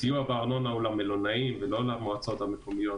הסיוע בארנונה הוא למלונאים ולא למועצות המקומיות.